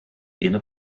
inner